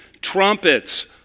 trumpets